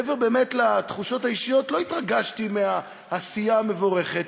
מעבר לתחושות האישיות לא התרגשתי מהעשייה המבורכת,